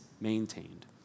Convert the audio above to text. maintained